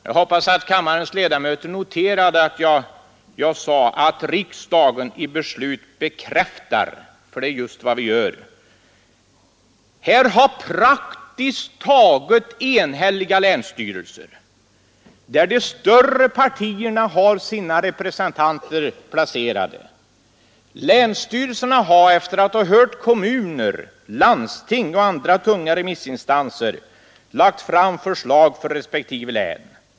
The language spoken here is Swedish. Jag hoppas att kammarens ledamöter noterade att jag sade att riksdagen genom beslut bekräftar — det är just vad vi gör. Här har praktiskt taget enhälliga länsstyrelser, där de större partierna har sina representanter placerade, efter att ha hört kommuner, landsting och andra tunga remissinstanser lagt fram förslag för respektive län.